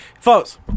Folks